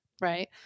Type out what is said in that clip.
Right